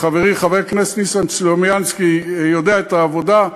חברי חבר הכנסת ניסן סלומינסקי יודע את העבודה.